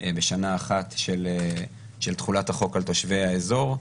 בשנה אחת של תחולת החוק על תושבי האזור,